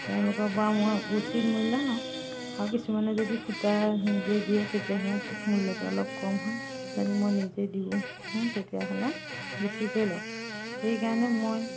তেওঁলোকৰ পৰা মই উচিত মূল্য লওঁ আৰু কিছুমানে যদি সূতা নিজে দিয়ে তেতিয়াহ'লে মূল্যটো অলপ কম হয় যদি মই নিজে দিওঁ তেতিয়াহ'লে বেছিকে লওঁ সেইকাৰণে মই